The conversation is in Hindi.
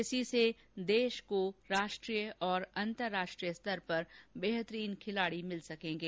इसी से देश को राष्ट्रीय और अंतरराष्ट्रीय स्तर पर बेहतरीन खिलाड़ी मिल सकेंगे